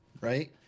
right